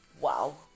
Wow